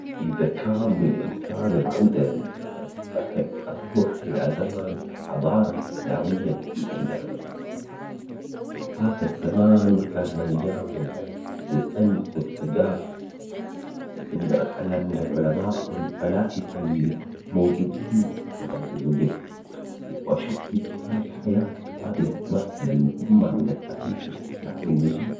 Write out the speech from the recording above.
اذا كان بالامكان العودة للزمن. بحب اروح الى زمن الحضارة الاسلامية بالاندلس. هذا الزمان كان مليان بالعلم والفن والثقافة. اقدر اتعلم من العلماء والفلاسفة اللي كانت موجودين في ذاك الوقت واشوف كيف كانت الحياة بهذه المرحلة المهمة من التاريخ الاسلامي المجيد